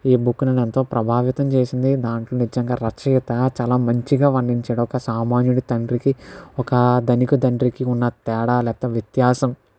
ఈ బుక్ నన్ను ఎంతో ప్రభావితం చేసింది దాంట్లో నిజంగా రచయిత చాలా మంచిగా వర్ణించాడు ఒక సామాన్యుడి తండ్రికి ఒక ధనిక తండ్రికి ఉన్న తేడా లేపోతే వ్యత్యాసం